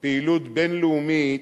פעילות בין-לאומית